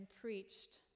preached